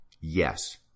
yes